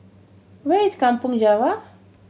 where is Kampong Java